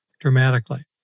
dramatically